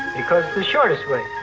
it goes the shortest way.